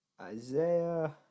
Isaiah